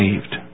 saved